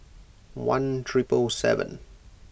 one triple seven